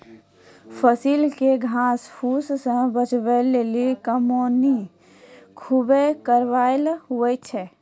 फसिल के घास फुस से बचबै लेली कमौनी खुबै कारगर हुवै छै